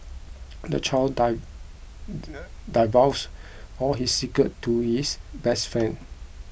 the child divulged all his secrets to his best friend